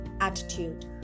attitude